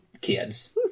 kids